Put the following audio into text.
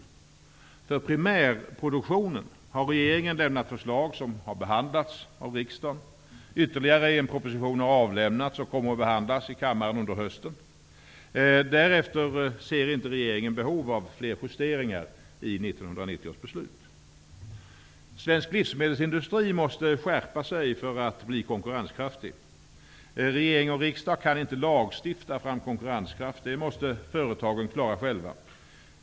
Vad gäller primärproduktionen har regeringen lämnat förslag som har behandlats av riksdagen. Ytterligare en proposition har avlämnats, och den kommer att behandlas i kammaren under hösten. Därefter ser inte regeringen behov av fler justeringar i 1990 års beslut. Svensk livsmedelsindustri måste skärpa sig för att bli konkurrenskraftig. Regering och riksdag kan inte lagstifta fram konkurrenskraft; det måste företagen klara själva.